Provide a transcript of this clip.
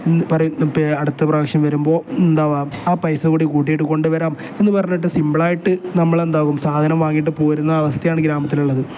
എന്താണ് പറയുക അടുത്ത പ്രാവശ്യം വരുമ്പോൾ എന്താവാം ആ പൈസ കൂടി കൂട്ടിയിട്ട് കൊണ്ടു വരാം എന്ന് പറഞ്ഞിട്ട് സിമ്പിളായിട്ട് നമ്മൾ എന്താവും സാധനം വാങ്ങിയിട്ട് പോരുന്ന അവസ്ഥയാണ് ഗ്രാമത്തിൽ ഉള്ളത്